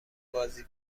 بازی